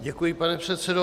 Děkuji, pane předsedo.